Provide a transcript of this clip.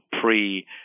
pre